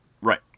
Right